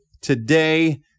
today